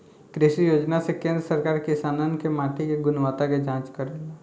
कृषि योजना से केंद्र सरकार किसानन के माटी के गुणवत्ता के जाँच करेला